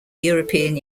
european